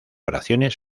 oraciones